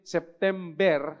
September